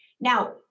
Now